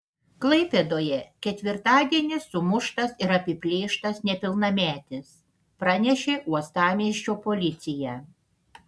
klaipėdoje ketvirtadienį sumuštas ir apiplėštas nepilnametis pranešė uostamiesčio policija